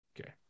Okay